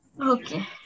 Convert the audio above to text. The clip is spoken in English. okay